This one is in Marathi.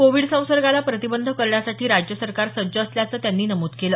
कोविड संसर्गाला प्रतिबंध करण्यासाठी राज्य सरकार सज्ज असल्याचं त्यांनी नमूद केलं